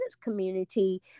community